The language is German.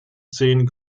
zehn